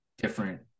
different